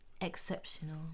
exceptional